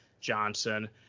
Johnson